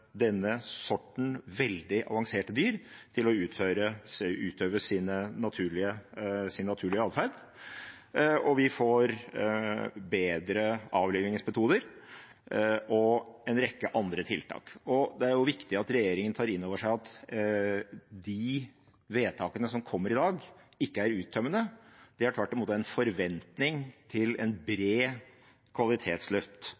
denne sorten veldig avanserte dyr til å utøve sin naturlige atferd – og vi må få bedre avlivingsmetoder og en rekke andre tiltak. Det er viktig at regjeringen tar inn over seg at de vedtakene som kommer i dag, ikke er uttømmende. De er tvert imot en forventning til